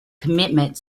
commitment